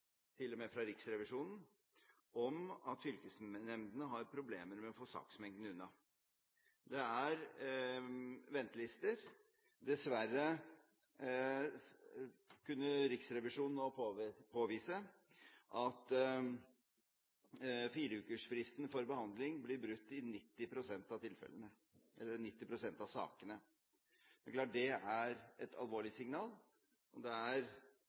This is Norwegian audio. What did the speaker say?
med fra Riksrevisjonen – om at fylkesnemndene har problemer med å få saksmengden unna. Det er ventelister. Dessverre kunne Riksrevisjonen nå påvise at fireukersfristen for behandling blir brutt i 90 pst. av sakene. Det er klart at det er et alvorlig signal, og det